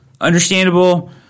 Understandable